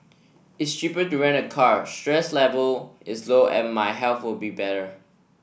it's cheaper to rent a car stress level is lower and my health will be better